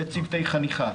זה צוותי חניכה.